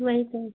वही तो